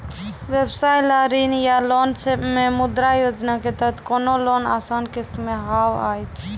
व्यवसाय ला ऋण या लोन मे मुद्रा योजना के तहत कोनो लोन आसान किस्त मे हाव हाय?